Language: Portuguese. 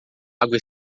água